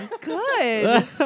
Good